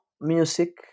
music